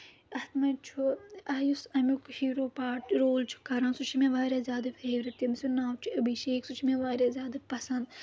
اَتھ منٛز چھُ یُس اَمیُک ہیٖرو پاٹ رول چھُ کَران سُہ چھُ مےٚ واریاہ زیادٕ فیورِٹ تٔمۍ سُنٛد ناو چھُ أبِشیک سُہ چھُ مےٚ واریاہ زیادٕ پَسنٛد